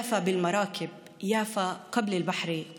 (אומרת בערבית: ליפו לא היו מגיעים בספינות,